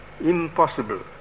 Impossible